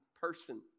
person